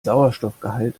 sauerstoffgehalt